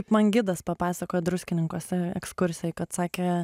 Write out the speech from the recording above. man gidas papasakojo druskininkuose ekskursijoj kad sakė